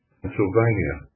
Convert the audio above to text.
Pennsylvania